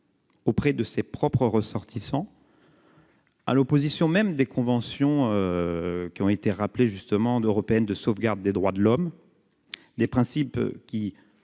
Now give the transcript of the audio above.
Auprès de ses propres ressortissants. Ah, l'opposition même des conventions qui ont été rappelés justement européenne de sauvegarde des droits de l'homme des principes qui